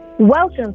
Welcome